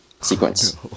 sequence